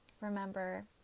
remember